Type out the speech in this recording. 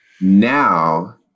Now